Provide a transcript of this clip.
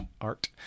Art